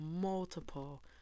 multiple